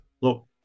Look